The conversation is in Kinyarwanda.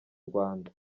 rwanda